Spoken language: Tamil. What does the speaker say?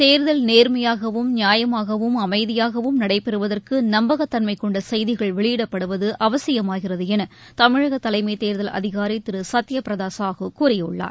தேர்தல் நேர்மையாகவும் நியாயமாகவும் அமைதியாகவும் நடைபெறுவதற்கு நம்பகத்தன்மை கொண்ட செய்திகள் வெளியிடப்படுவது அவசியமாகிறது என தமிழக தலைமை தேர்தல் அதிகாரி திரு சத்ய பிரதா சாஹூ கூறியுள்ளார்